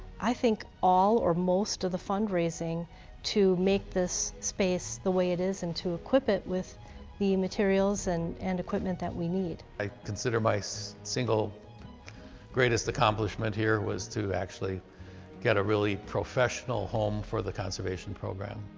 i think all, or most, of the fundraising to make this space the way it is and to equip it with the materials and and equipment that we need. i consider my so single greatest accomplishment here was to actually get a really professional home for the conservation program.